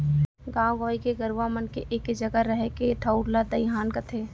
गॉंव गंवई के गरूवा मन के एके जघा रहें के ठउर ला दइहान कथें